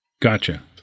Gotcha